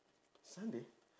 sunday